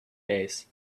days